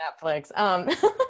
Netflix